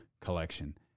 collection